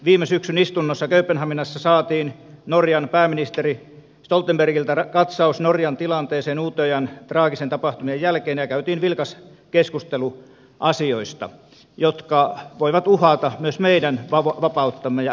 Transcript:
viime syksyn istunnossa kööpenhaminassa saatiin norjan pääministeri stoltenbergiltä katsaus norjan tilanteeseen utöyan traagisten tapahtumien jälkeen ja käytiin vilkas keskustelu asioista jotka voivat uhata myös meidän vapauttamme ja avoimuuttamme